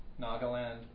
Nagaland